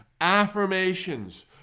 affirmations